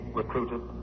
recruited